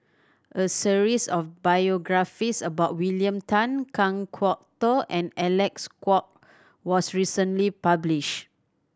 a series of biographies about William Tan Kan Kwok Toh and Alec Kuok was recently publish